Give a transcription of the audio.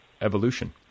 evolution